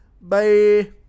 Bye